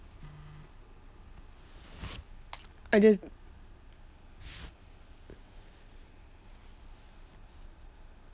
I just